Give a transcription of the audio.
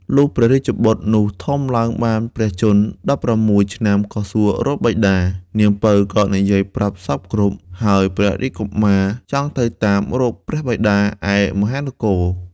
លុះព្រះរាជបុត្រនោះធំឡើងបានព្រះជន្ម ១៦ឆ្នាំ ក៏សួររកបិតា នាងពៅ ក៏និយាយប្រាប់សព្វគ្រប់ ហើយព្រះរាជកុមារ ចង់ទៅតាមរកព្រះបិតាឯមហានគរ។